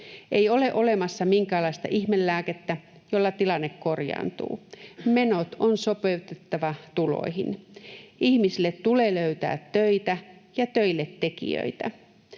Ei ole olemassa minkäänlaista ihmelääkettä, jolla tilanne korjaantuu. Menot on sopeutettava tuloihin. Ihmisille tulee löytää töitä ja töille tekijöitä.